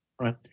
Right